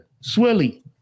Swilly